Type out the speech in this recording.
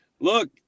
look